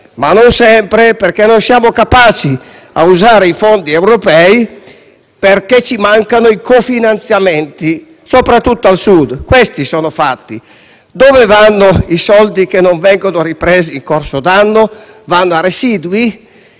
ma non sempre, perché non siamo capaci di usare i fondi europei, dato che ci mancano i co-finanziamenti, soprattutto al Sud. Questi sono i fatti. Dove vanno i soldi che non vengono ripresi in corso d'anno? A residuo?